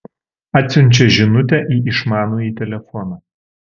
atsiunčia žinutę į išmanųjį telefoną